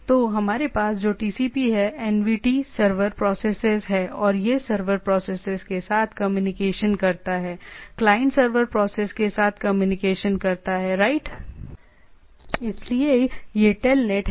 तो हमारे पास जो टीसीपी है एनवीटी सर्वर प्रोसेसेस हैं और यह सर्वर प्रोसेसेस के साथ कम्युनिकेशन करता है क्लाइंट सर्वर प्रोसेस के साथ कम्युनिकेशन करता है राइट इसलिए यह टेलनेट है